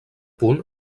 punt